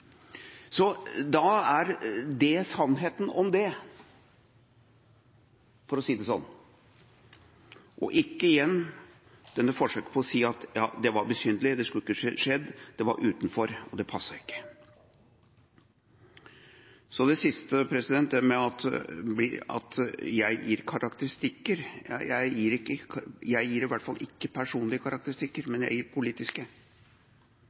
er sannheten om det – for å si det slik – og ikke igjen dette forsøket på å si at det var besynderlig, det skulle ikke skjedd, det var utenfor, og det passet ikke. Så det siste, det at jeg gir karakteristikker. Jeg gir i hvert fall ikke personlige karakteristikker, men jeg gir politiske. Jeg mener at jeg